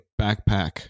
backpack